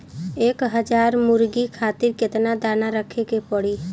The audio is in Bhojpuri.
एक हज़ार मुर्गी खातिर केतना दाना रखे के पड़ी?